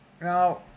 Now